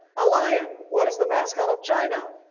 a lion. what is the mascot of china?